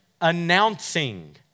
announcing